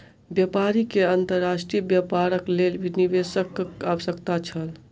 व्यापारी के अंतर्राष्ट्रीय व्यापारक लेल निवेशकक आवश्यकता छल